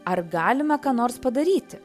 ar galime ką nors padaryti